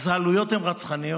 אז העלויות הן רצחניות.